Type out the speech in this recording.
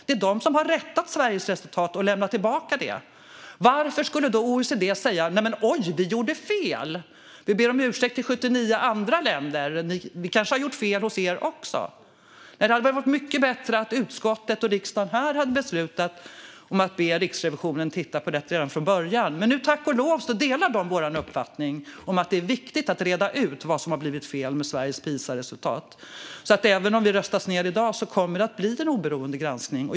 Det är de som har rättat Sveriges prov och lämnat resultatet av dem. Varför skulle OECD då säga: Oj, vi gjorde fel. Vi ber om ursäkt till 79 andra länder. Vi kanske har gjort fel hos dem också. Det hade varit mycket bättre om utskottet och riksdagen redan från början hade beslutat att be Riksrevisionen att titta på detta. Nu delar de tack och lov vår uppfattning om att det är viktigt att reda ut vad som har blivit fel med Sveriges PISA-resultat. Så även om vi blir nedröstade i dag kommer det att bli en oberoende granskning.